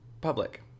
public